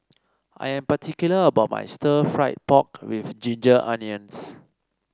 I am particular about my Stir Fried Pork with Ginger Onions